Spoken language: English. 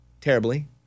terribly